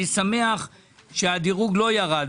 אני שמח שהדירוג לא ירד.